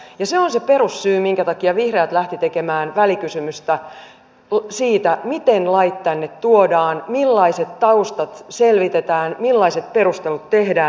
ja se on se perussyy minkä takia vihreät lähtivät tekemään välikysymystä siitä miten lait tänne tuodaan millaiset taustat selvitetään millaiset perustelut tehdään